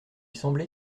semblait